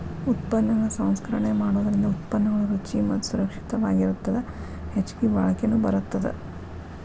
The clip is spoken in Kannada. ಉತ್ಪನ್ನಗಳ ಸಂಸ್ಕರಣೆ ಮಾಡೋದರಿಂದ ಉತ್ಪನ್ನಗಳು ರುಚಿ ಮತ್ತ ಸುರಕ್ಷಿತವಾಗಿರತ್ತದ ಹೆಚ್ಚಗಿ ಬಾಳಿಕೆನು ಬರತ್ತದ